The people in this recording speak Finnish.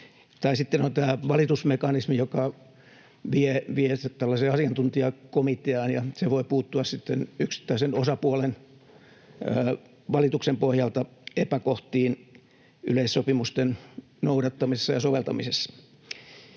sitten on tämä valitusmekanismi, joka vie viestit tällaiseen asiantuntijakomiteaan, ja se voi puuttua sitten yksittäisen osapuolen valituksen pohjalta epäkohtiin yleissopimusten noudattamisessa ja soveltamisessa.